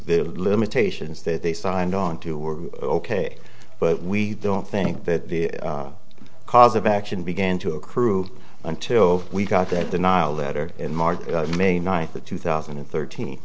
limitations that they signed onto were ok but we don't think that the cause of action began to accrue until we got that denial letter in march may ninth of two thousand and thirteen